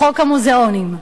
חוק המוזיאונים,